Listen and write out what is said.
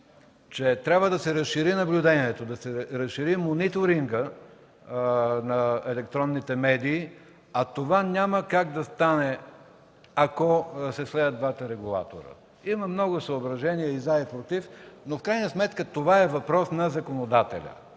че трябва да се разшири наблюдението, да се разшири мониторингът на електронните медии, а това няма как да стане, ако се слеят двата регулатора. Има много съображения „за” и „против”, но в крайна сметка това е въпрос на законодателя.